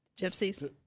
Gypsies